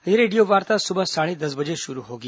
यह रेडियोवार्ता सुबह साढ़े दस बजे शुरू होगी